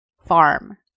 farm